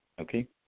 Okay